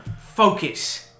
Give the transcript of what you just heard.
focus